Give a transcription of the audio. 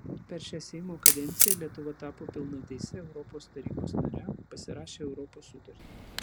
per šią seimo kadenciją lietuva tapo pilnateise europos tarybos nare pasirašė europos sutartį